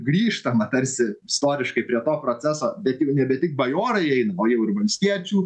grįžtama tarsi istoriškai prie to proceso bet jau nebe tik bajorai eina o jau ir valstiečių